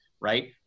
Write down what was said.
right